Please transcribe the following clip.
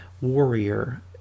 warrior